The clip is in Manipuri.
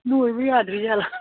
ꯂꯣꯏꯕ ꯌꯥꯗ꯭ꯔꯤ ꯖꯥꯠꯂ